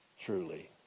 truly